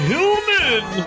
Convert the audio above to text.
Hillman